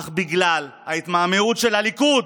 אך בגלל ההתמהמהות של הליכוד